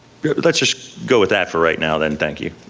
let's just go with that for right now then, thank you.